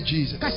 Jesus